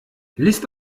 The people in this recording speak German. list